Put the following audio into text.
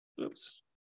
Oops